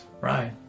right